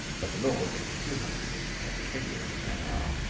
but the lord gave me two hundred and fifty pairs of fingers in that hour.